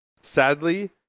Sadly